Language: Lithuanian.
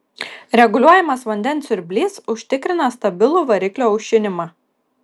reguliuojamas vandens siurblys užtikrina stabilų variklio aušinimą